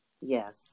Yes